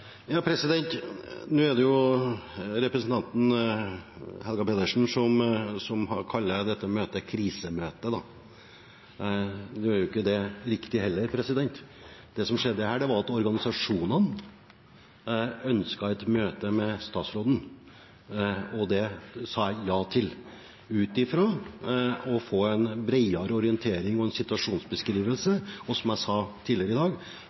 Nå er det jo representanten Helga Pedersen som kaller dette møtet «krisemøte». Det er ikke riktig heller. Det som skjedde her, var at organisasjonene ønsket et møte med statsråden, og det sa jeg ja til, ut fra å få en bredere orientering og en situasjonsbeskrivelse og, som jeg sa tidligere i dag,